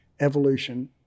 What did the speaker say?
Evolution